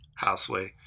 Houseway